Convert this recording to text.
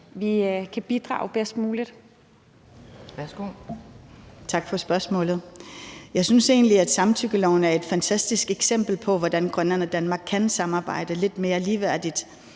17:47 Aaja Chemnitz (IA): Tak for spørgsmålet. Jeg synes egentlig, at samtykkeloven er et fantastisk eksempel på, hvordan Grønland og Danmark kan samarbejde lidt mere ligeværdigt